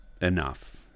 enough